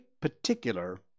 particular